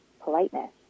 politeness